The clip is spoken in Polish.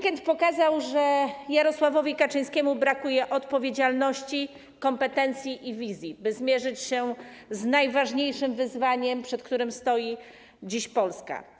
Weekend pokazał, że Jarosławowi Kaczyńskiemu brakuje odpowiedzialności, kompetencji i wizji, by zmierzyć się z najważniejszym wyzwaniem, przed którym stoi dziś Polska.